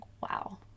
wow